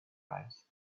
eyes